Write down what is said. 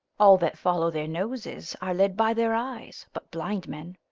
all that follow their noses are led by their eyes but blind men,